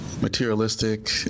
materialistic